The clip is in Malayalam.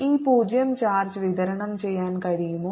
ഈ പൂജ്യo ചാർജ് വിതരണം ചെയ്യാൻ കഴിയുമോ